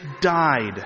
died